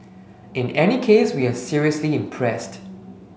in any case we are seriously impressed